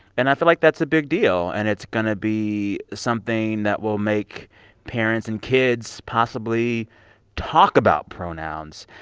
and i feel like that's a big deal and it's going to be something that will make parents and kids possibly talk about pronouns.